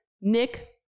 nick